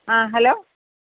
ആ ഹലോ